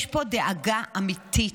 יש פה דאגה אמיתית.